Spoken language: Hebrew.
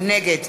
נגד